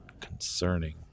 concerning